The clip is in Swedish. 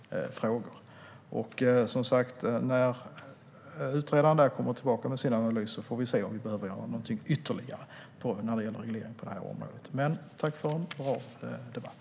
När utredaren kommer tillbaka med sin analys får vi se om vi behöver göra något ytterligare när det gäller reglering på detta område. Tack för en bra debatt!